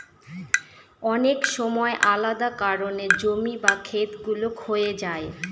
অনেক সময় আলাদা কারনে জমি বা খেত গুলো ক্ষয়ে যায়